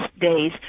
days